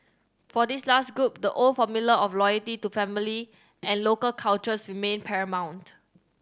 for this last group the old formula of loyalty to family and local cultures remained paramount